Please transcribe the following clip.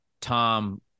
Tom